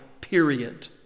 period